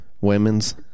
women's